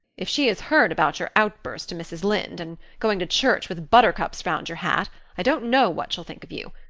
if she has heard about your outburst to mrs. lynde and going to church with buttercups round your hat i don't know what she'll think of you.